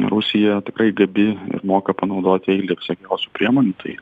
rusija tikrai gabi ir moka panaudoti eilę visokiausių priemonių tai